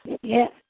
yes